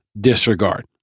disregard